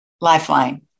lifeline